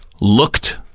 looked